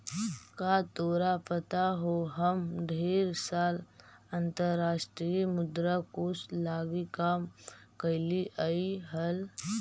का तोरा पता हो हम ढेर साल अंतर्राष्ट्रीय मुद्रा कोश लागी काम कयलीअई हल